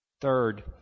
Third